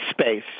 space